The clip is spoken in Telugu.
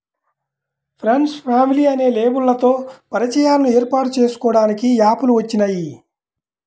ఫ్రెండ్సు, ఫ్యామిలీ అనే లేబుల్లతో పరిచయాలను ఏర్పాటు చేసుకోడానికి యాప్ లు వచ్చినియ్యి